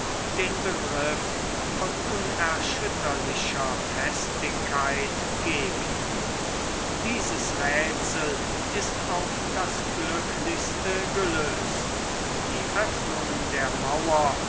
den begriff von unerschütterlicher festigkeit geben dieses rätsel ist auf das glücklichste gelöst die öffnungen der mauer